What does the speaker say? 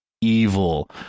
evil